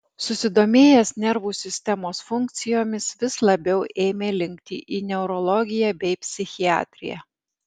susidomėjęs nervų sistemos funkcijomis vis labiau ėmė linkti į neurologiją bei psichiatriją